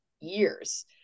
years